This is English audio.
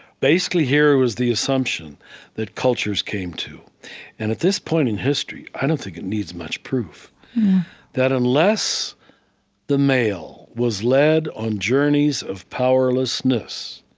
basically, here was the assumption that cultures came to and at this point in history, i don't think it needs much proof that unless the male was led on journeys of powerlessness,